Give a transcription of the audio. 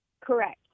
correct